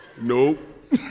Nope